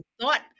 thought